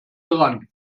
ran